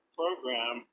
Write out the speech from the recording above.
program